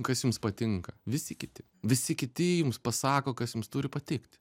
kas jums patinka visi kiti visi kiti jums pasako kas jums turi patikti